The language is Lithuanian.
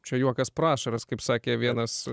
čia juokas pro ašaras kaip sakė vienas